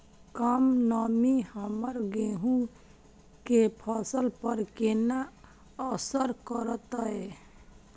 कम नमी हमर गेहूँ के फसल पर केना असर करतय?